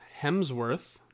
Hemsworth